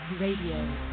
Radio